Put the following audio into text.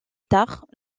tard